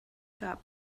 gab